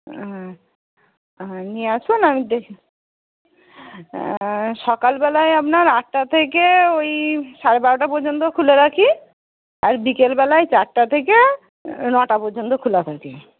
হুম নিয়ে আসুন আমি দেখে সকালবেলায় আপনার আটটা থেকে ওই সাড়ে বারোটা পর্যন্ত খুলে রাখি আর বিকেলবেলায় চারটে থেকে নটা পর্যন্ত খোলা থাকে